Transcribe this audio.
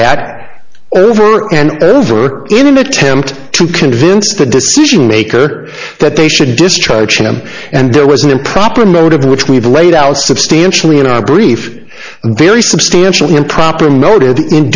that over and over in an attempt to convince the decision maker that they should discharge and there was an improper motive which we've laid out substantially in our brief and very substantial improper motive in